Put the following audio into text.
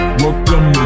welcome